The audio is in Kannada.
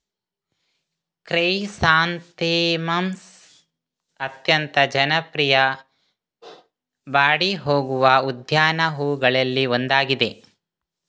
ಕ್ರೈಸಾಂಥೆಮಮ್ಸ್ ಅತ್ಯಂತ ಜನಪ್ರಿಯ ಬಾಡಿ ಹೋಗುವ ಉದ್ಯಾನ ಹೂವುಗಳಲ್ಲಿ ಒಂದಾಗಿದೆ